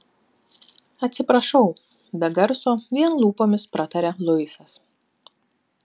atsiprašau be garso vien lūpomis prataria luisas